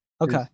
Okay